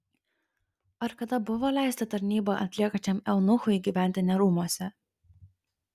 ar kada buvo leista tarnybą atliekančiam eunuchui gyventi ne rūmuose